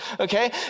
Okay